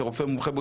כרופא מומחה,